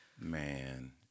Man